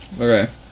Okay